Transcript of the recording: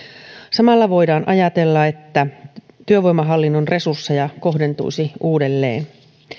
samalla voidaan ajatella että työvoimahallinnon resursseja kohdentuisi uudelleen